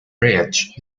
bridge